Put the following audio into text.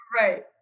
Right